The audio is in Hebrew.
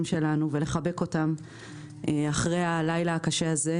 שלנו ולחבק אותם אחרי הלילה הקשה הזה.